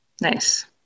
Nice